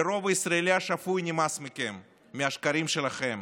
לרוב הישראלי השפוי נמאס מכם מהשקרים שלכם,